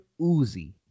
Uzi